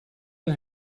and